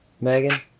Megan